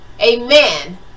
Amen